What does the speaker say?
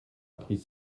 appris